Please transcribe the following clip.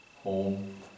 home